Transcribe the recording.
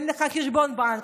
אין לך חשבון בנק,